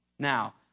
Now